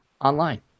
online